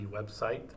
website